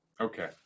Okay